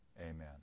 Amen